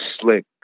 slick